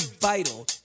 vital